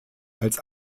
als